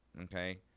Okay